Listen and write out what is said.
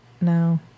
No